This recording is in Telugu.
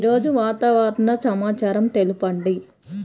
ఈరోజు వాతావరణ సమాచారం తెలుపండి